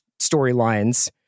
storylines